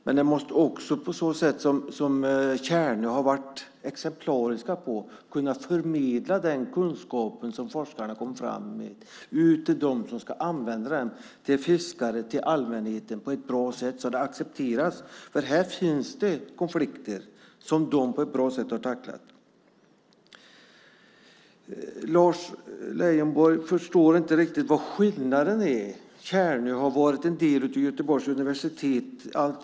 Men man måste också - vilket Tjärnö har varit exemplariska på - kunna förmedla den kunskap som forskarna kommit fram med till dem som ska använda den, till fiskare, till allmänheten, så att den accepteras, för här finns konflikter som Tjärnö har tacklat på ett bra sätt. Lars Leijonborg förstår inte riktigt vad skillnaden är eftersom Tjärnö alltid har varit en del av Göteborgs universitet.